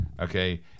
okay